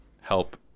help